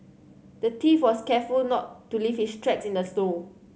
the thief was careful not to leave his tracks in the snow